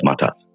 matters